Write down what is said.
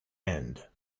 end